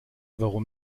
warum